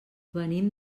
venim